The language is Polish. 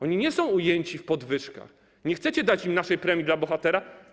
Oni nie są ujęci w podwyżkach, nie chcecie im dać im naszej premii dla bohatera.